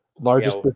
largest